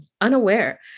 unaware